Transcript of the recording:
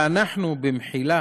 ואנחנו, במחילה,